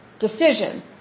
Decision